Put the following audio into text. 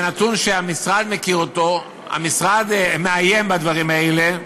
זה נתון שהמשרד מכיר, המשרד מאיים בדברים האלה,